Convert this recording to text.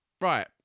Right